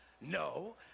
No